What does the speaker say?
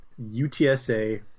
UTSA